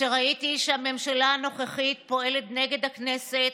כשראיתי שהממשלה הנוכחית פועלת נגד הכנסת,